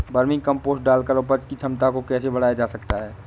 Vermi compost डालकर उपज की क्षमता को कैसे बढ़ाया जा सकता है?